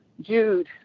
Jude